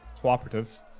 cooperative